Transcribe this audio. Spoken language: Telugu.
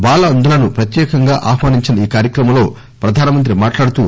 బాల అంధులను ప్రత్యేకంగా ఆహ్వానించిన ఈ కార్యక్రమంలో ప్రధానమంత్రి మాట్లాడుతూ